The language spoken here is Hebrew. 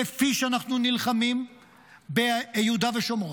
כפי שאנחנו נלחמים ביהודה ושומרון,